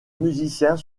musiciens